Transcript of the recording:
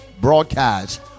Broadcast